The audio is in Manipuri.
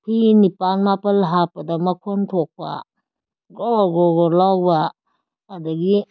ꯐꯤ ꯅꯤꯄꯥꯜ ꯃꯥꯄꯜ ꯍꯥꯞꯄꯗ ꯃꯈꯣꯟ ꯊꯣꯛꯄ ꯒ꯭ꯔꯣ ꯒ꯭ꯔꯣ ꯒ꯭ꯔꯣ ꯂꯥꯎꯕ ꯑꯗꯨꯗꯒꯤ